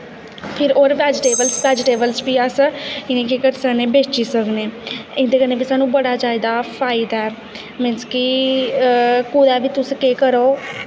फिर ओह् बैजिटेवल्स बैजिटेवल्स बी अस इ'नें गी केह् करी सकने बेची सकने एह्दे कन्नै बी सानूं बड़ा जादा फायदा ऐ मीनस कि कुदै बी तुस केह् करो